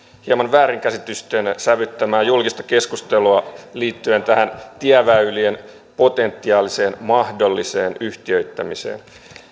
hieman väärinkäsitysten sävyttämää julkista keskustelua liittyen tähän tieväylien potentiaaliseen mahdolliseen yhtiöittämiseen